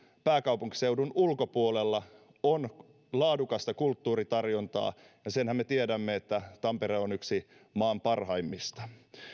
pääkaupunkiseudun ulkopuolella on laadukasta kulttuuritarjontaa ja senhän me tiedämme että tampere on yksi maan parhaimmista